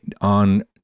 on